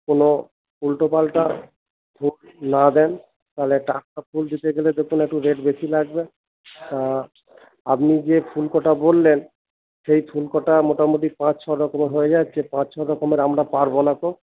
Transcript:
কোনো উল্টো পাল্টা ফুল না দেন তাহলে টাটকা ফুল দিতে গেলে তো একটু রেট বেশি লাগবে আপনি যে ফুল কটা বললেন সেই ফুল কটা মোটামুটি পাঁচ ছ রকমের হয়ে যাচ্ছে পাঁচ ছ রকমের আমরা পারব না গো